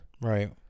Right